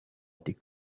étaient